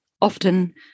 Often